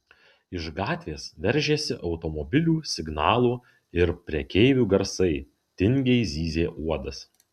iš gatvės veržėsi automobilių signalų ir prekeivių garsai tingiai zyzė uodas